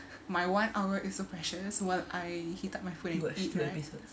my one hour is so precious while I heat up my food and go eat right